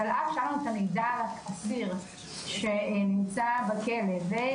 אז על אף שהיה לנו המידע על האסיר שנמצא בכלא ופנינו